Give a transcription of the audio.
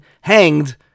hanged